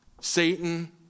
Satan